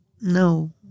no